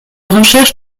recherche